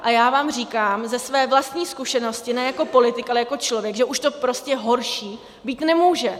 A já vám říkám ze své vlastní zkušenosti ne jako politik, ale jako člověk, že už to prostě horší být nemůže.